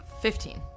Fifteen